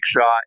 shot